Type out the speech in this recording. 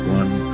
one